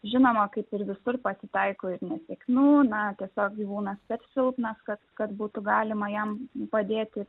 žinoma kaip ir visur pasitaiko ir nesėkmių na tiesiog gyvūnas per silpnas kad kad būtų galima jam padėti